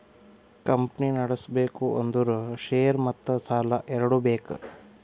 company ನಡುಸ್ಬೆಕ್ ಅಂದುರ್ share ಮತ್ತ ಸಾಲಾ ಎರಡು ಬೇಕ್